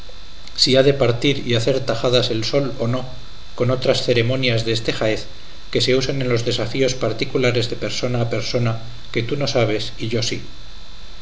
si se ha de partir y hacer tajadas el sol o no con otras ceremonias deste jaez que se usan en los desafíos particulares de persona a persona que tú no sabes y yo sí